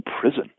prison